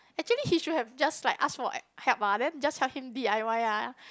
actually he should have just like asked for help ah then just help him D_I_Y ah